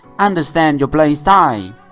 understand your playing style!